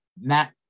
Matt